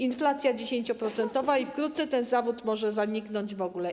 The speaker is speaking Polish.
Inflacja 10% i wkrótce ten zawód może zaniknąć w ogóle.